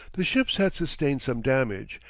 the ships had sustained some damage,